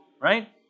right